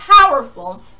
powerful